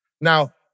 Now